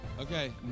Okay